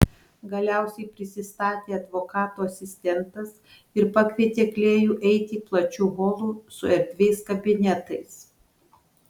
galiausiai prisistatė advokato asistentas ir pakvietė klėjų eiti plačiu holu su erdviais kabinetais